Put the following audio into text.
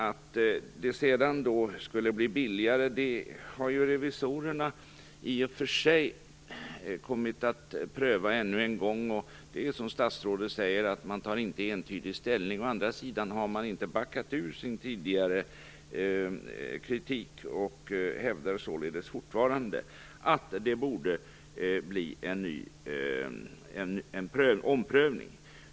Att det sedan skulle bli billigare har revisorerna i och för sig kommit att pröva ännu en gång. Och det är som statsrådet säger att man inte entydigt tar ställning. Å andra sidan har man inte backat ur sin tidigare kritik och hävdar således fortfarande att det borde bli en omprövning.